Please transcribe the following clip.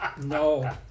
no